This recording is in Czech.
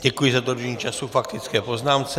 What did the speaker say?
Děkuji za dodržení času k faktické poznámce.